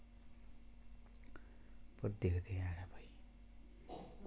दिखदे हैन भई